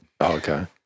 Okay